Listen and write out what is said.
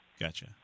Gotcha